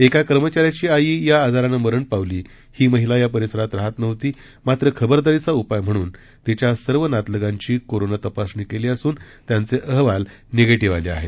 एका कर्मचाऱ्याची आई या आजारानं मरण पावली ही महिला या परिसरात राहत नव्हती मात्र खबरदारीचा उपाय म्हणून तिच्या सर्व नातलगांची कोरोना तपासणी केली असून त्यांचे अहवाल निगेशींव्ह आले आहेत